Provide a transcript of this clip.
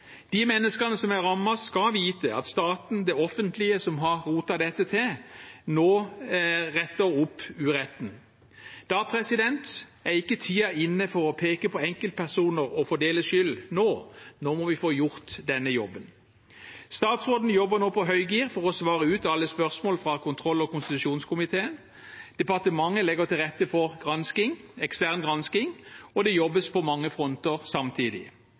De menneskene som er rammet, skal vite at staten, det offentlige, som har rotet dette til, nå retter opp uretten. Da er ikke tiden inne for å peke på enkeltpersoner og fordele skyld, nå må vi få gjort denne jobben. Statsråden jobber nå på høygir for å svare ut alle spørsmål fra kontroll- og konstitusjonskomiteen. Departementet legger til rette for ekstern gransking, og det jobbes på mange fronter samtidig.